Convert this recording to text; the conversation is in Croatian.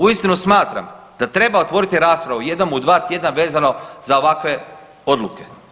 Uistinu smatram da treba otvoriti raspravu jednom u dva tjedna vezano za ovakve odluke.